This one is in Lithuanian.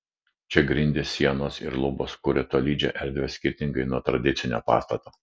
čia grindys sienos ir lubos kuria tolydžią erdvę skirtingai nuo tradicinio pastato